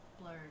Blurred